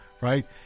right